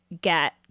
get